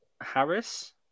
Harris